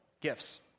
gifts